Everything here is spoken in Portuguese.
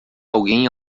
alguém